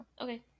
okay